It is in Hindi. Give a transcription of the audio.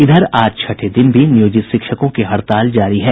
इधर आज छठे दिन भी नियोजित शिक्षकों की हड़ताल जारी है